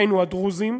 אחינו הדרוזים,